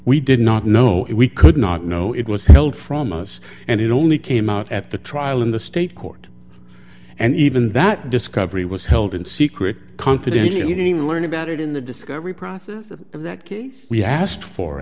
we did not know we could not know it was held from us and it only came out at the trial in the state court and even that discovery was held in secret confidential hearing learn about it in the discovery process in that case we asked for